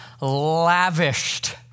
lavished